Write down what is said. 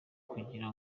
kugira